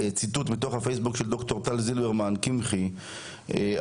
ציטוט מתוך הפייסבוק של ד"ר טל זילברמן קמחי אבל